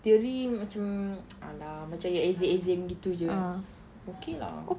theory macam !alah! macam yang exam exam gitu jer kan okay lah